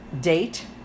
date